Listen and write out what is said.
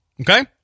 Okay